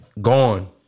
gone